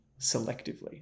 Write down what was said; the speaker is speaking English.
selectively